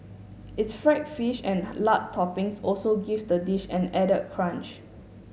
its fried fish and lard toppings also give the dish an added crunch